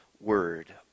word